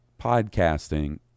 podcasting